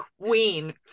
Queen